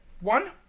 One